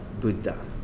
Buddha